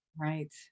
right